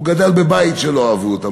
הוא גדל בבית שלא אהבו אותם.